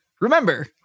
Remember